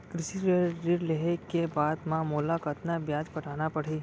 कृषि ऋण लेहे के बाद म मोला कतना ब्याज पटाना पड़ही?